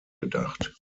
gedacht